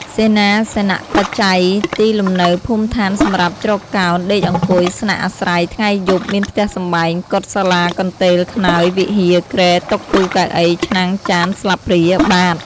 សេនាសនបច្ច័យ ទីលំនៅភូមិស្ថានសម្រាប់ជ្រកកោន ដេកអង្គុយ ស្នាក់អាស្រ័យថ្ងៃយប់ មានផ្ទះសម្បែង កុដិ សាលា កន្ទេល ខ្នើយ វិហារ គ្រែ តុ ទូ កៅអី ឆ្នាំង ចាន ស្លាបព្រា បាត្រ។